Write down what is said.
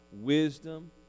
wisdom